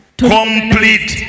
Complete